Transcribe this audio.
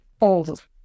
old